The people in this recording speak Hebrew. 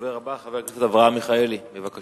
הדובר הבא, חבר הכנסת אברהם מיכאלי, בבקשה.